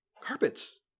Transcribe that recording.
carpets